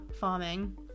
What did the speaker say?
farming